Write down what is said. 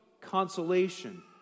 consolation